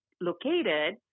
located